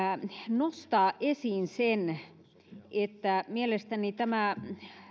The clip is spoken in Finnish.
nostaa esiin sen että mielestäni tämä